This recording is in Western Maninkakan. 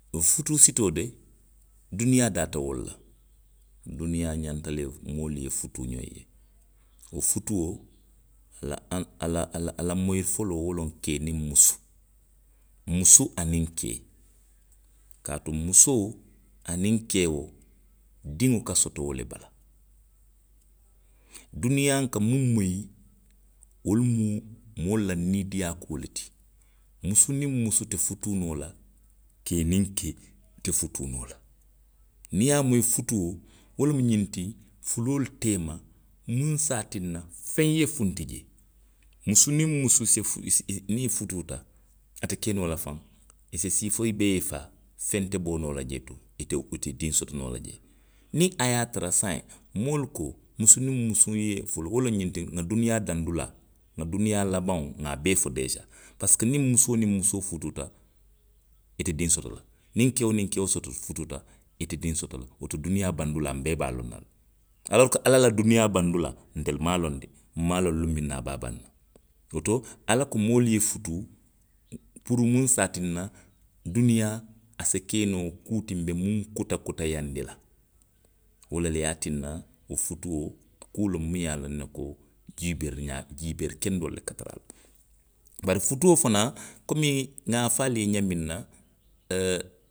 Wo futuu sitoo de. duniyaa daata wo le la. Duniyaa ňanta le moolu ye futuu ňoŋ ye. wo futuo. a la, a la, a la moyi foloo wo loŋ kee niŋ musu. Musu aniŋ kee. kaatuŋ musoo. aniŋ keo, diŋo ka soto wo le bala. Duniyaa nka miŋ moyi. wo lemu moolu la niidiiyaa kuolu ti. Musu niŋ musu te futuu noo la. kee niŋ kee te futuu noo la. Niŋ i ye a moyi futuo. wo loŋ ňiŋ ti fuloolu teema muŋ se a tinna feŋ ye funti jee. Musu niŋ musu si fu, fu, niŋ i futuuta, ate ke noo la faŋ. I si sii fo i bee ye faa. feŋ te bo noo la jee to. Ite diŋ soto noo la. jee. Niŋ a ye a tara saayiŋ, moolu ko musu niŋ musu ye futuu, wo loŋ ňiŋ ti nŋa duniyaa daŋ duala, nŋa duniyaa labaŋo nŋa a bee fo deesaa. Parisiko niŋ musoo niŋ musoo futuuta. ite diŋ soto la. Niŋ keo niŋ keo soto, futuuta, ite diŋ soto la, woto duniyaa bandulaa nbee be a loŋ na le. Aloori ko ala la duniyaa bandulaa, ntelu maŋ loŋ de; nmaŋ a loŋ luŋ miŋ na a be a baŋ na. Woto, ala ko moolu ye futuu puru muŋ se a tinna, duniyaa, a se ke noo kuu ti nbe miŋ kuta kutayaandi la. Wo le le ye a tinna, wo futuo, kuu loŋ muŋ ye a loŋ jiibeeri ňaa, jiibeeri kendoolu le ka tara a la. Bari futuo fanaŋ. komiŋ nŋa fo ali ye ňaamiŋ na. ooo